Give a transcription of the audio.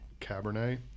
Cabernet